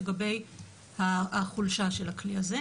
לגבי החולשה של הכלי הזה.